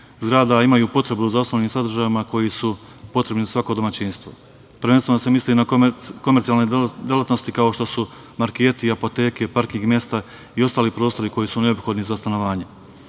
zgrada imaju potrebu za osnovnim sadržajima koji su potrebni svakom domaćinstvu. Prvenstveno se misli na komercijalne delatnosti kao što su marketi i apoteke, parking mesta i ostali prostori koji su neophodni za stanovanje. Izmenama